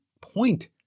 point